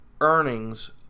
earnings